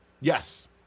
Yes